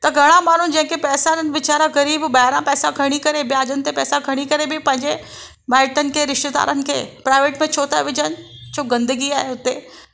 त घणा माण्हू जंहिंखे पैसा नाहिनि वेचारा ॿाहिरां पैसा खणी करे व्याजनि ते पैसा खणी करे बि पंहिंजे माइटनि खे रिश्तेदारनि खे प्रायवेट में छो था विझनि छो गंदगी आहे हिते